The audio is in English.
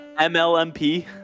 mlmp